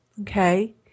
okay